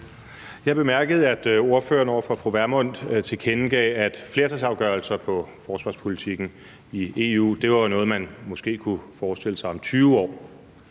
Jeg bemærkede, at ordføreren over for fru Pernille Vermund tilkendegav, at flertalsafgørelser i forsvarspolitikken i EU var noget, man måske kunne forestille sig om 20 år.